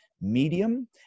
medium